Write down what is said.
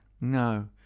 No